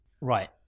right